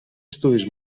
estudis